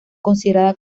considerada